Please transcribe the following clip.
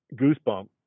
goosebump